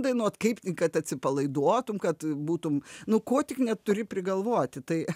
dainuot kaip kad atsipalaiduotum kad būtum nu ko tik neturi prigalvoti tai